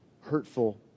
hurtful